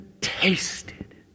tasted